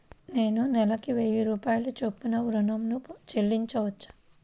నేను నెలకు వెయ్యి రూపాయల చొప్పున ఋణం ను చెల్లించవచ్చా?